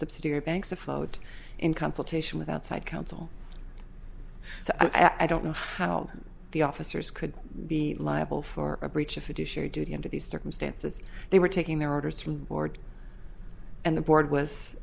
subsidiary banks afloat in consultation with outside counsel so i don't know how the officers could be liable for a breach of fiduciary duty under these circumstances they were taking their orders from board and the board was